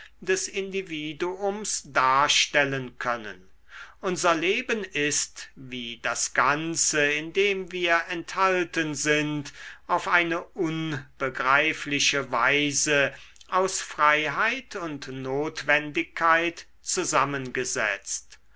des individuums darstellen können unser leben ist wie das ganze in dem wir enthalten sind auf eine unbegreifliche weise aus freiheit und notwendigkeit zusammengesetzt